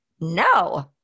no